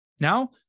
Now